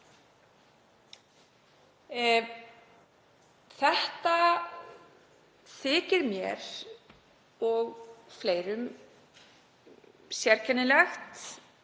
Þetta þykir mér og fleirum sérkennilegt.